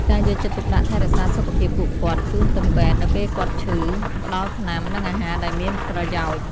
ការយកចិត្តទុកដាក់ថែរក្សាសុខភាពពួកគាត់ ជូនទៅពេទ្យនៅពេលគាត់ឈឺ ផ្តល់ថ្នាំ និងអាហារដែលមានប្រយោជន៍។